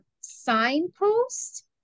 signpost